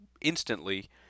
instantly